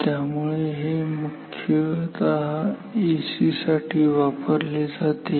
त्यामुळे हे मुख्यतः एसी साठी वापरले जाते